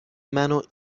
منو